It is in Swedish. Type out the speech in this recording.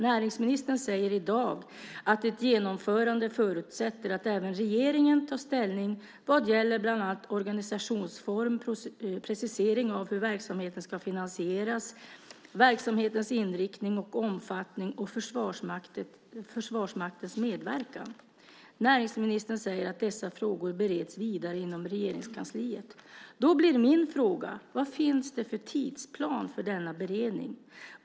Näringsministern säger i dag att ett genomförande förutsätter att även regeringen tar ställning till bland annat organisationsform, preciserar hur verksamheten ska finansieras, verksamhetens inriktning och omfattning och Försvarsmaktens medverkan. Näringsministern säger att dessa frågor bereds vidare inom Regeringskansliet. Då blir min fråga: Vad finns det för tidsplan för denna beredning?